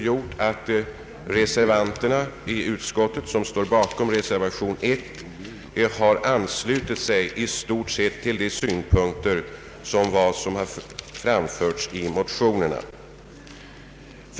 De reservanter som står bakom reservation 1 har i stort sett anslutit sig till de synpunkter som framförts i motionerna.